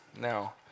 now